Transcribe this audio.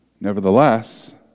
Nevertheless